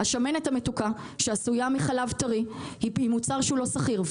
השמנת המתוקה שעשויה מחלב טרי היא מוצר לא סחיר.